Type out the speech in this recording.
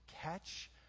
Catch